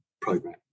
program